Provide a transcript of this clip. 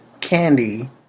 candy